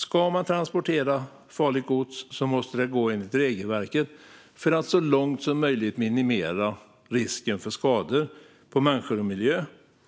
Ska man transportera farligt gods måste det gå enligt regelverket för att så långt som möjligt minimera risken för skador på människor och miljö,